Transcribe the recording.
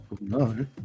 No